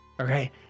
Okay